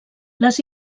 les